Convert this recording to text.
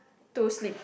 to sleep